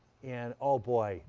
and oh, boy,